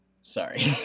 sorry